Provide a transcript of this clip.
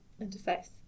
interface